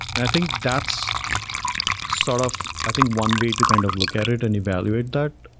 and i think that's sort of i think one way to kind of look at it and evaluate that.